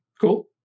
Cool